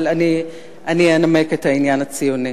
אבל אני אנמק את העניין הציוני